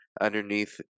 underneath